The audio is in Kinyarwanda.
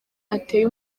ateye